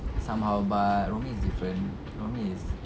somehow but rumi is different rumi is